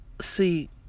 see